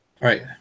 right